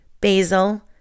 basil